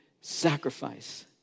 sacrifice